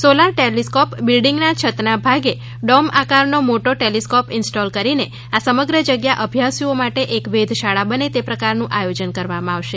solar telescope બિલ્ડીંગના છતના ભાગે ડોમ આકારનો મોટો ટેલિસ્કોપ ઈન્સ્ટોલ કરીને આ સમગ્ર જગ્યા અભ્યાસુઓ માટે એક વેધશાળા બને તે પ્રકારનું આયોજન કરવામાં આવશે